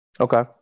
Okay